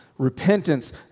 Repentance